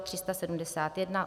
371